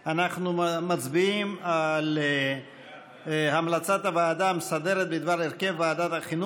אנחנו מצביעים על המלצת הוועדה המסדרת בדבר הרכב ועדת החינוך,